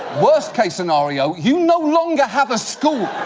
worst-case scenario you no longer have a school